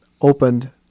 opened